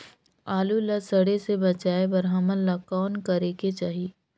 आलू ला सड़े से बचाये बर हमन ला कौन करेके चाही?